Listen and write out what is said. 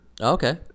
Okay